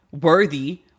worthy